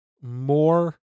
more